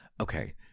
Okay